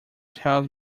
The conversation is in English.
tells